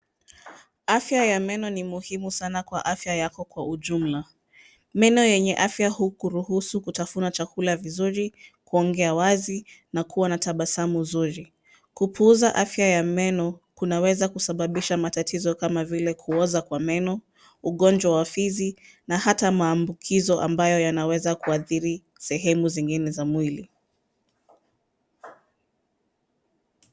Afya ya meno ni muhimu sana kwa afya yako kwa ujumla. Meno yenye afya hukuruhusu kutafuna chakula vizuri, kuongea wazi na kuwa na tabasamu nzuri. Kupuuza afya ya meno kunaweza kusababisha matatizo kama vile kuoza kwa meno, ugonjwa wa fizi na hata maambukizo ambayo yanaweza kuadhiri sehemu zingine za mwili.